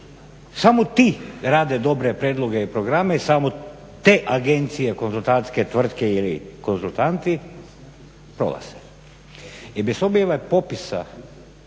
samo ti rade dobre prijedloge i programe, samo te agencije konzultantske tvrtke ili konzultanti prolaze. Jer bez objave popisa